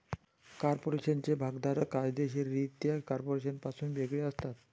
कॉर्पोरेशनचे भागधारक कायदेशीररित्या कॉर्पोरेशनपासून वेगळे असतात